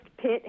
Pitt